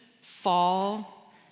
fall